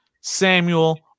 Samuel